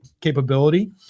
capability